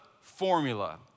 formula